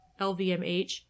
lvmh